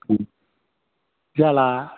ओम जाला